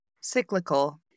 Cyclical